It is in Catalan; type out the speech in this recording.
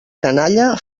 canalla